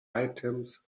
items